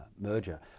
merger